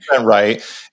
right